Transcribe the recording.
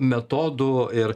metodų ir